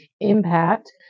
impact